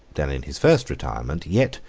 than in his first retirement, yet,